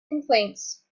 complaints